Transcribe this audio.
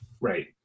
Right